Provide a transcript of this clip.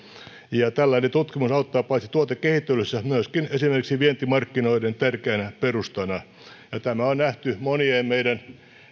ja tällainen tutkimus auttaa paitsi tuotekehittelyssä myöskin esimerkiksi vientimarkkinoiden tärkeänä perustana tämä on nähty monien meidän